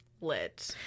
lit